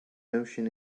notion